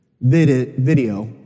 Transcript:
video